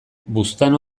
buztana